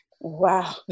Wow